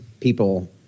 people